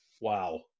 Wow